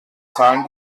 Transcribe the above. zahlen